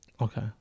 Okay